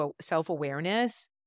self-awareness